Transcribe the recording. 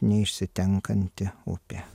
neišsitenkanti upė